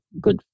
good